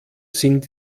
sind